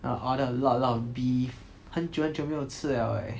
order a lot a lot of beef 很久很久没有吃了 eh